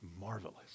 marvelous